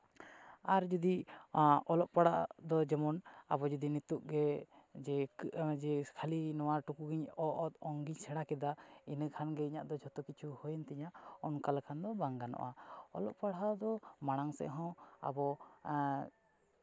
ᱟᱨ ᱡᱩᱫᱤ ᱚᱞᱚᱜ ᱯᱟᱲᱦᱟᱜ ᱫᱚ ᱡᱮᱢᱚᱱ ᱟᱵᱚ ᱡᱩᱫᱤ ᱱᱤᱛᱚᱜ ᱜᱮ ᱡᱮ ᱠᱷᱟᱹᱞᱤ ᱱᱚᱣᱟ ᱴᱩᱠᱩ ᱜᱤᱧ ᱚ ᱛ ᱝ ᱜᱤᱧ ᱥᱮᱬᱟ ᱠᱮᱫᱟ ᱤᱱᱟᱹ ᱠᱷᱟᱱᱜᱮ ᱤᱧᱟᱹᱜ ᱫᱚ ᱡᱚᱛᱚ ᱠᱤᱪᱷᱩ ᱦᱩᱭᱮᱱ ᱛᱤᱧᱟ ᱚᱱᱠᱟ ᱞᱮᱠᱷᱟᱱ ᱫᱚ ᱵᱟᱝ ᱜᱟᱱᱚᱜᱼᱟ ᱚᱞᱚᱜ ᱯᱟᱲᱦᱟᱣ ᱫᱚ ᱢᱟᱲᱟᱝ ᱥᱮᱱ ᱦᱚᱸ ᱟᱵᱚ